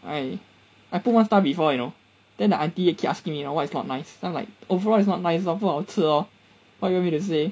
I I put one star before you know then the auntie keep asking me you know what is not nice then I'm like overall is not nice lor 不好吃 lor what you want me to say